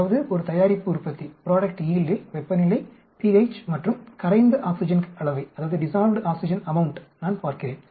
அதாவது ஒரு தயாரிப்பு உற்பத்தியில் வெப்பநிலை pH மற்றும் கரைந்த ஆக்ஸிஜன் அளவையை நான் பார்க்கிறேன்